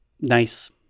nice